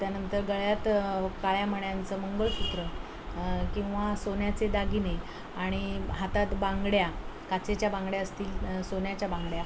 त्यानंतर गळ्यात काळ्या मण्यांचं मंगळ सूत्र किंवा सोन्याचे दागिने आणि ब् हातात बांगड्या काचेच्या बांगड्या असतील सोन्याच्या बांगड्या